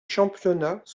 championnats